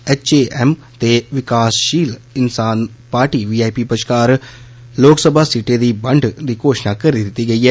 डए ते विकासषील इन्साफ पॉर्टी टप्च् बष्कार लोकसभा सीटें दी बंड दी घोशणा करी दिती गेई ऐ